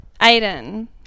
Aiden